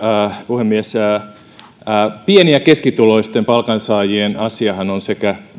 puhemies pieni ja keskituloisten palkansaajien asiahan on sekä